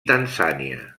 tanzània